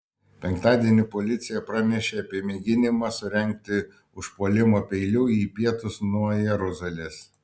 penktadienį policija pranešė apie mėginimą surengti užpuolimą peiliu į pietus nuo jeruzalės